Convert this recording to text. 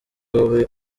wowe